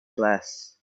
class